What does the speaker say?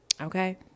okay